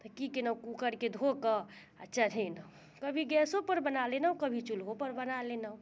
तऽ की कयलहुँ कूकरके धोकऽ आ चढेलहुँ कभी गैसो पर बना लेलहुँ कभी चूल्हो पर बना लेलहुँ